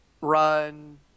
run